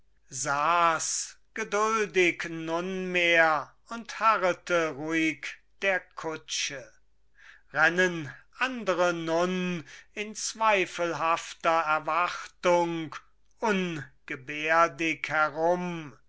saß geduldig nunmehr und harrete ruhig der kutsche rennen andere nun in zweifelhafter erwartung ungebärdig herum